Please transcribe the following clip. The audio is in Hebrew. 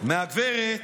מהגברת,